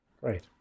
Great